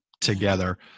together